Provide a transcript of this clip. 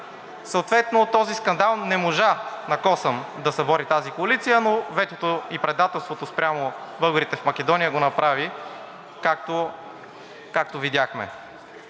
Съответно този скандал не можа, на косъм, да събори тази коалиция, но ветото и предателството спрямо българите в Македония го направи, както видяхме.